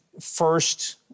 first